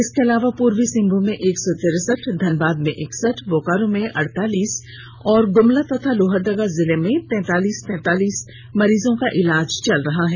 इसके अलावा पूर्वी सिंहभूम में एक सौ तिरसठ धनबाद में इकसठ बोकारो में अड़तालीस और गुमला तथा लोहरदगा जिले में तैंतालीस तैंतालीस मरीजों का इलाज चल रहा है